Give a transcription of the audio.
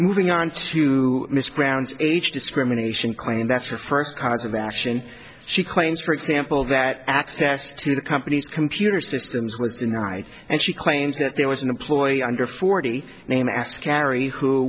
moving on to miss grounds age discrimination claim that's her first cause of action she claims for example that access to the company's computer systems was denied and she claims that there was an employee under forty name ass carry who